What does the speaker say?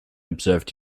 observed